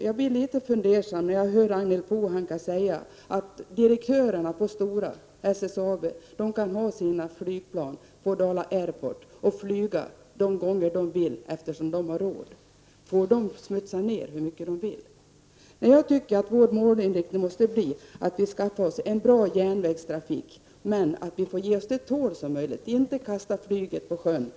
jag litet fundersam, när jag hör Ragnhild Pohanka säga att direktörerna på Stora och SSAB skall ha sina flygplan på Dala Airport och flyga de gånger de vill eftersom de har råd. Får de smutsa ner hur mycket de vill? Vår målinriktning måste vara att vi skaffar oss en bra järnvägstrafik, men vi får ge oss till tåls. Vi får inte kasta flyget i sjön.